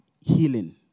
healing